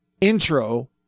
intro